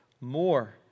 more